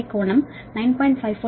15 కోణం 9